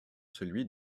celui